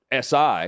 SI